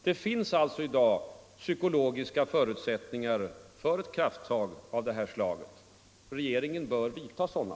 Det finns alltså i dag psykologiska förutsättningar för krafttag av det här slaget. Regeringen bör vidta sådana.